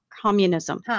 communism